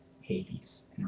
Hades